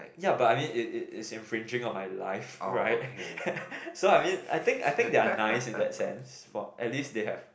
ya but I mean it it it is infringing on my life right so I mean I think I think they are nice in that sense for at least they have